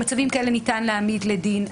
במצבים כאלה ניתן להעמיד לדין.